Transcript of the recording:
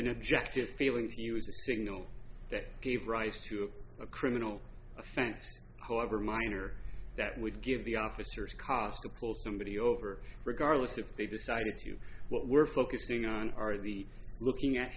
an objective feelings he was a signal that gave rise to a criminal offense however minor that would give the officers cost a close somebody over regardless if they decided to what we're focusing on are the looking at